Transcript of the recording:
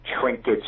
trinkets